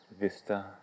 vista